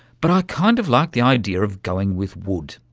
but i kind of like the idea of going with wood,